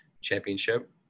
Championship